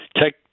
Take